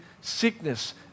sickness